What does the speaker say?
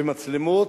ומצלמות,